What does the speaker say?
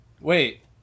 Wait